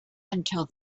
until